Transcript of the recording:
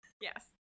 Yes